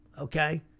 okay